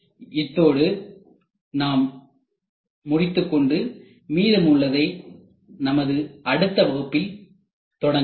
இதோடு நாம் முடித்துக்கொண்டு மீதமுள்ளதை நமது அடுத்த வகுப்பில் தொடங்கலாம்